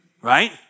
Right